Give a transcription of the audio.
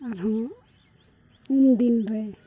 ᱟᱨᱦᱚᱸ ᱩᱢ ᱫᱤᱱ ᱨᱮ